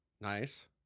Nice